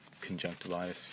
conjunctivitis